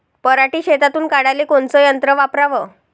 पराटी शेतातुन काढाले कोनचं यंत्र वापराव?